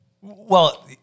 well-